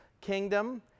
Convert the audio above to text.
kingdom